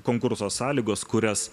konkurso sąlygos kurias